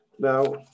Now